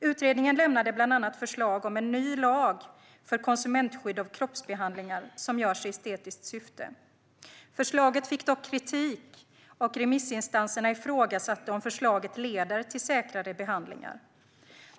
Utredningen lämnade bland annat förslag om en ny lag för konsumentskydd av kroppsbehandlingar som görs i estetiskt syfte. Förslaget fick dock kritik, och remissinstanserna ifrågasatte om förslaget leder till säkrare behandlingar.